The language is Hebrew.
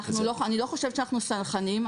אני לא חושבת שאנחנו סלחניים.